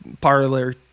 parlor